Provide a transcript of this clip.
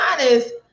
honest